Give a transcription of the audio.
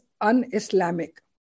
un-Islamic